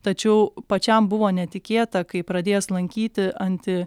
tačiau pačiam buvo netikėta kai pradėjęs lankyti anti